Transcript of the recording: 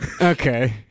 Okay